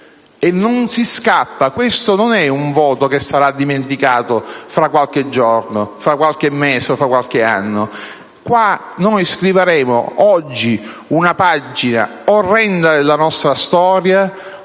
e non si scappa. Questo non è un voto che sarà dimenticato tra qualche giorno, tra qualche mese o anno: qua scriveremo, oggi, una pagina orrenda della nostra storia;